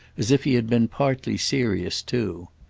as if he had been partly serious too.